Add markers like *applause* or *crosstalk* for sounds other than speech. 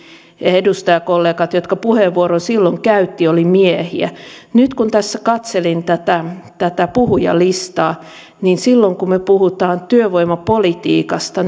edustajakollegat jotka puheenvuoron silloin käyttivät olivat miehiä nyt kun tässä katselin tätä tätä puhujalistaa niin silloin kun me puhumme työvoimapolitiikasta *unintelligible*